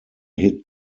hit